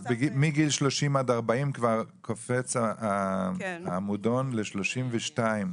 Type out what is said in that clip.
מגיל 30 עד 40 כבר קופץ העמודון ל-32%.